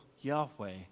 Yahweh